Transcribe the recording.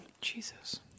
Jesus